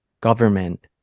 government